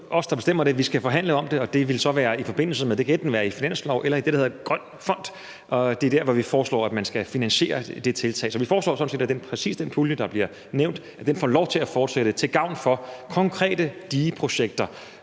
der bestemmer det. Vi skal forhandle om det, og det kan så enten være i forbindelse med finansloven eller den grønne fond; det er der, hvor vi foreslår, at man skal finansiere det tiltag. Så vi foreslår sådan set, at præcis den pulje, der bliver nævnt, får lov til at fortsætte til gavn for konkrete digeprojekter